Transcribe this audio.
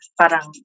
parang